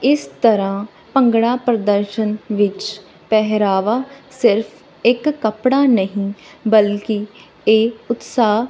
ਇਸ ਤਰ੍ਹਾਂ ਭੰਗੜਾ ਪ੍ਰਦਰਸ਼ਨ ਵਿੱਚ ਪਹਿਰਾਵਾ ਸਿਰਫ ਇੱਕ ਕੱਪੜਾ ਨਹੀਂ ਬਲਕਿ ਇਹ ਉਤਸ਼ਾਹ